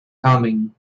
coming